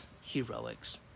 heroics